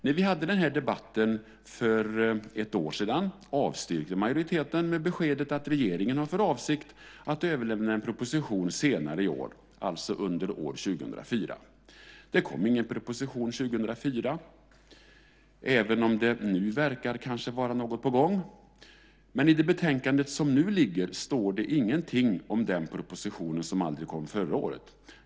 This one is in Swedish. När vi hade den här debatten för ett år sedan avstyrkte majoriteten med beskedet att regeringen har för avsikt att överlämna en proposition senare i år, alltså under år 2004. Det kom ingen proposition 2004 - även om det nu kanske verkar vara något på gång. Men i det betänkande som nu ligger framme står det ingenting om den proposition som aldrig kom förra året.